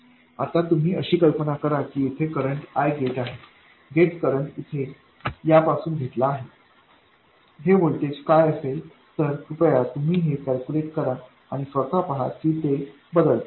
आता तुम्ही अशी कल्पना करा की येथे करंट I gate आहे गेट करंट इथे या पासून घेतला होता हे व्होल्टेज काय असेल तर कृपया तुम्ही हे कॅल्कुलेट करा आणि स्वतः पहा की ते बदलते